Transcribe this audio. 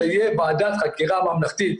שתהיה ועדת חקירה ממלכתית,